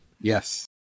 Yes